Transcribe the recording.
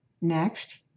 Next